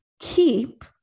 Keep